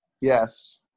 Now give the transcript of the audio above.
Yes